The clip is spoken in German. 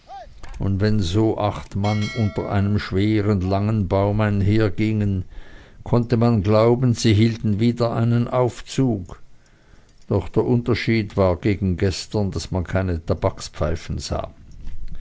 und wenn so acht mann unter einem schweren langen baume einhergingen konnte man glauben sie hielten wieder einen aufzug doch der unterschied war gegen gestern daß man keine tabakspfeifen sah